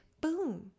boom